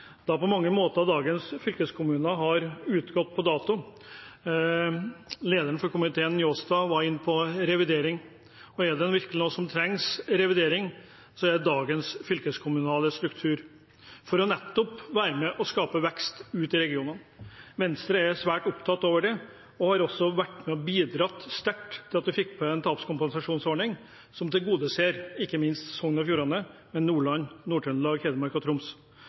da på mange måter dagens fylkeskommuner har utgått på dato. Lederen for komiteen, Njåstad, var inne på revidering. Er det noe som virkelig trenger revidering, er det dagens fylkeskommunale struktur, for nettopp å være med på å skape vekst ute i regionene. Venstre er svært opptatt av det, og har også vært med og bidratt sterkt til at vi fikk til en tapskompensasjonsordning, som tilgodeser ikke minst Sogn og Fjordane, Nordland, Nord-Trøndelag, Hedmark og Troms.